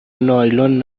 نایلون